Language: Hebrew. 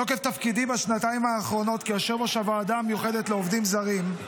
מתוקף תפקידי בשנתיים האחרונות כיושב-ראש הוועדה המיוחדת לעובדים זרים,